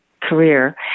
career